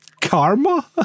karma